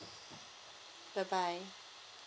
bye bye